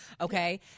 Okay